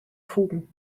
fugen